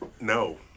No